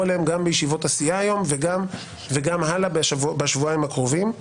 עליהם בישיבות הסיעה היום וגם הלאה בשבועיים הקרובים,